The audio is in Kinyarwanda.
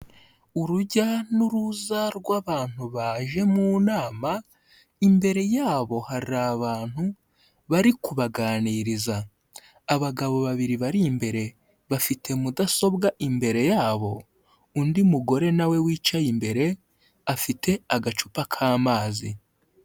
Urujya n'uruza rw'abantu baje mu nama, imbere yabo hari abantu bari kubaganiriza, abagabo babiri bari imbere, bafite mudasobwa imbere yabo, undi mugore na we wicaye imbere afite agacupa k'amazi.